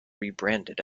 rebranded